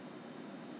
true but then